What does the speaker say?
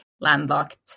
landlocked